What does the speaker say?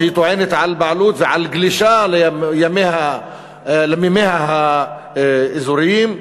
שטוענת לבעלות ולגלישה למימיה האזוריים,